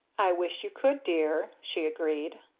i wish you could, dear, she agreed.